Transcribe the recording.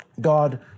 God